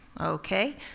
okay